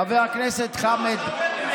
חבר הכנסת חמד,